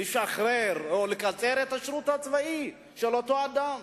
לשחרר או לקצר את השירות הצבאי של אותו אדם.